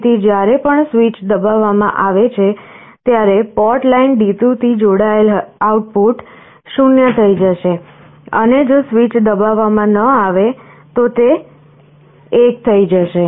તેથી જ્યારે પણ સ્વીચ દબાવવામાં આવે છે ત્યારે પોર્ટ લાઇન D2 થી જોડાયેલ આઉટપુટ 0 થઈ જશે અને જો સ્વીચ દબાવવામાં ન આવે તો તે 1 થઈ જશે